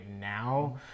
now